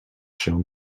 się